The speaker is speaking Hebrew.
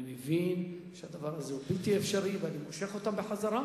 אני מבין שזה בלתי אפשרי ואני מושך זאת בחזרה,